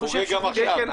הוא חוגג גם עכשיו.